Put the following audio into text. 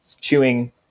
chewing